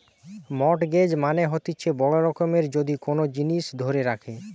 mortgage মানে হতিছে বড় রকমের যদি কোন জিনিস ধরে রাখে